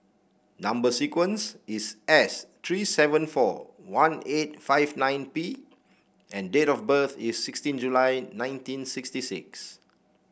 number sequence is S three seven four one eight five nine P and date of birth is sixteen July nineteen sixty six